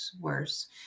worse